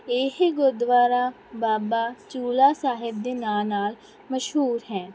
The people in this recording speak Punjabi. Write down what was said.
ਇਹ ਗੁਰਦੁਆਰਾ ਬਾਬਾ ਚੂਲਾ ਸਾਹਿਬ ਦੇ ਨਾਂ ਨਾਲ ਮਸ਼ਹੂਰ ਹੈ ਕਿਹਾ ਜਾਂਦਾ ਹੈ